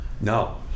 No